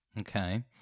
Okay